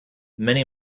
many